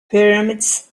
pyramids